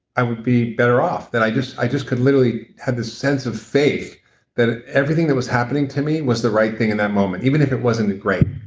i would be better off. that i just i just could literally have this sense of faith that ah everything that was happening to me was the right thing in that moment, even if it wasn't great.